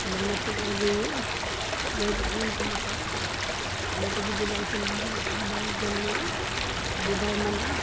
ᱱᱟᱱᱟᱯᱤᱧ ᱟᱹᱜᱩᱭᱮᱭᱟ ᱡᱟᱦᱟᱸᱭ ᱪᱮ ᱟᱹᱢᱤᱱᱠᱚ ᱢᱮᱛᱟᱭᱟ ᱚᱱᱟᱛᱮ ᱡᱩᱫᱤ ᱵᱟᱭ ᱵᱟᱭ ᱜᱟᱱᱚᱜᱼᱟ ᱡᱮ ᱵᱟᱭ ᱢᱟᱱᱟᱜᱼᱟ